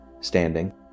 Standing